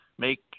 Make